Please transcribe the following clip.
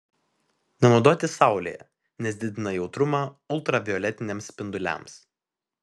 nenaudoti saulėje nes didina jautrumą ultravioletiniams spinduliams